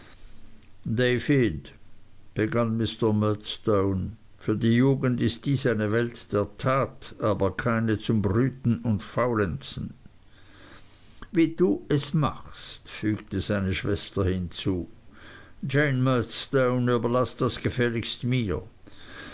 für die jugend ist dies eine welt der tat aber keine zum brüten und faulenzen wie du es machst fügte seine schwester hinzu jane murdstone überlasse das gefälligst mir